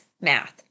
math